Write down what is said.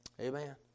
Amen